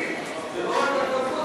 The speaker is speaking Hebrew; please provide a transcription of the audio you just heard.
אבל החוקים, הם גם טובים.